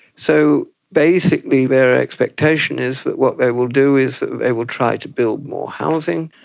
so basically their expectation is that what they will do is they will try to build more housing,